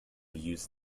use